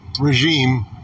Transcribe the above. regime